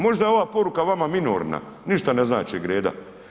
Možda je ova poruka vama minorna, ništa ne znači Greda.